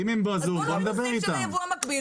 אז בואו נוריד את הפרק של ייבוא המקביל